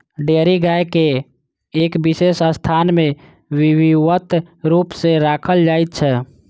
dairy गाय के एक विशेष स्थान मे विधिवत रूप सॅ राखल जाइत छै